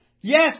Yes